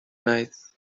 noise